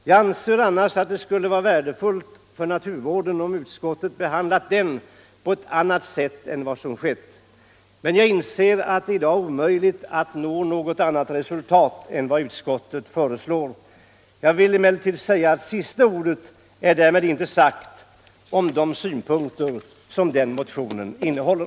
Jag anser annars att det skulle ha varit värdefullt för naturvården om utskottet behandlat den motionen på annat sätt än som skett, men jag inser att det i dag är omöjligt att nå annat resultat än vad utskottet föreslår. Jag vill emellertid säga att därmed sista ordet ännu inte är sagt om de synpunkter som den motionen innehåller.